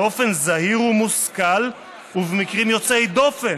באופן זהיר ומושכל ובמקרים יוצאי דופן,